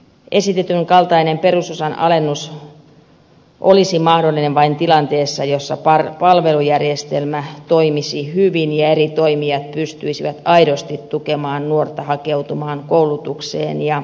esitetyn kaltainen perusosan alennus olisi mahdollinen vain tilanteessa jossa palvelujärjestelmä toimisi hyvin ja eri toimijat pystyisivät aidosti tukemaan nuorta hakeutumaan koulutukseen ja työelämään